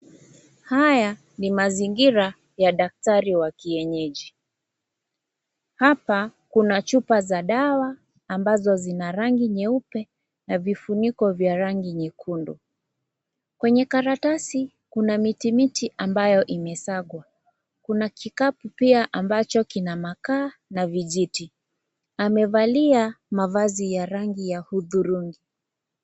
Haya ni mazingira ya daktari wa kienyeji, hapa kuna chupa za dawa ambazo zina rangi nyeupe na vifuniko vya rangi nyekundu, kwenye karatasi kuna mitimiti ambayo imeshagwa kuna kikapu pia ambacho kina makaa na vijiti amevalia mavazi ya rangi ya hudhurungi.